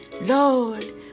Lord